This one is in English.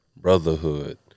Brotherhood